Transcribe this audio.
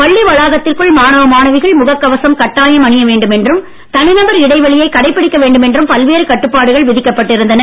பள்ளி வளாகத்திற்குள் மாணவ மாணவிகள் முகக் கவசம் கட்டாயம் அணிய வேண்டும் என்றும் தனிநபர் இடைவெளியை கடைபிடிக்க வேண்டும் என்றும் பல்வேறு கட்டுப்பாடுகள் விதிக்கப்பட்டு இருந்தன